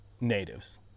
natives